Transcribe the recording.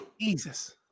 Jesus